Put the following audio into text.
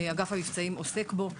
המבצעים עוסק בו.